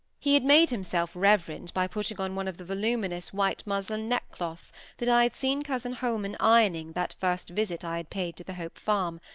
he had made himself reverend by putting on one of the voluminous white muslin neckcloths that i had seen cousin holman ironing that first visit i had paid to the hope farm,